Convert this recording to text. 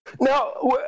Now